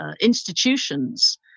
institutions